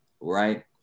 Right